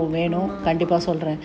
ah